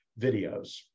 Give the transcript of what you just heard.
videos